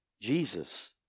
Jesus